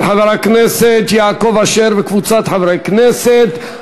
של חבר הכנסת יעקב אשר וקבוצת חברי כנסת,